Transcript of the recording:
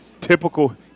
typical